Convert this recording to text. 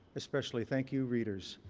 especially thank you, readers.